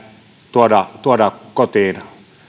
tuoda tuoda kotiin